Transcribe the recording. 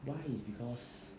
why is because